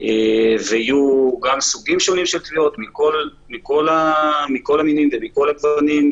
ויהיו גם סוגים שונים של תביעות מכל המינים ומכל הגוונים.